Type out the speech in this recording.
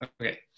Okay